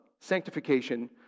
sanctification